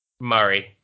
Murray